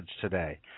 today